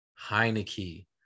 Heineke